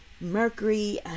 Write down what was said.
Mercury